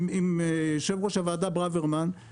עם יושב ראש הוועדה ברוורמן,